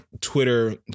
Twitter